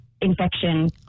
infection